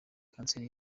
kanseri